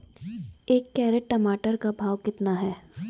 एक कैरेट टमाटर का भाव कितना है?